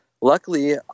luckily